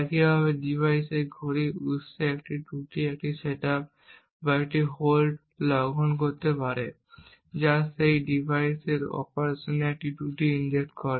একইভাবে ডিভাইসের ঘড়ির উৎসে একটি ত্রুটি একটি সেটআপ বা হোল্ড লঙ্ঘন তৈরি করতে পারে যা সেই ডিভাইসের অপারেশনে একটি ত্রুটি ইনজেক্ট করে